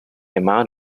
amount